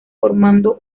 formando